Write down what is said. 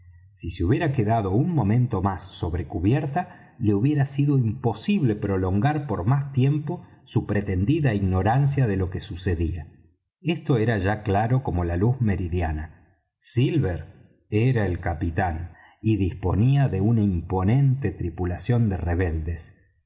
si se hubiera quedado un momento más sobre cubierta le hubiera sido imposible prolongar por más tiempo su pretendida ignorancia de lo que sucedía esto era ya claro como la luz meridiana silver era el capitán y disponía de una imponente tripulación de rebeldes los